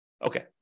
Okay